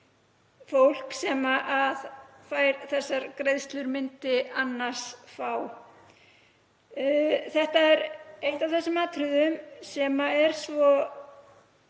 fólk sem fær þessar greiðslur myndi annars fá. Þetta er eitt af þessum atriðum sem er svo